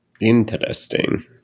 Interesting